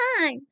time